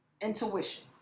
intuition